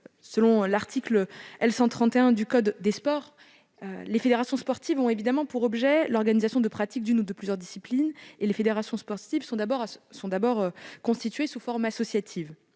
Selon l'article L. 131-1 du code du sport, les fédérations sportives ont pour objet l'organisation de la pratique d'une ou de plusieurs disciplines sportives. Les fédérations sportives sont constituées sous forme associative,